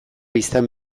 izan